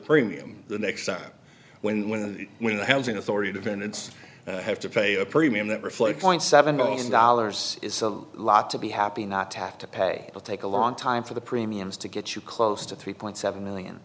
premium the next time when when when the housing authority defendants have to pay a premium that reflect point seven million dollars is a lot to be happy not to have to pay to take a long time for the premiums to get you close to three point seven million